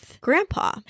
Grandpa